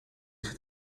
zit